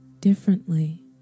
differently